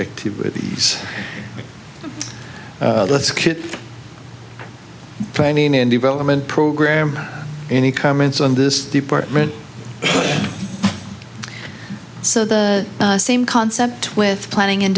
activities let's keep planning and development programme any comments on this department so the same concept with planning and